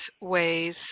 ways